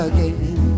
Again